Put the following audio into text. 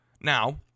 Now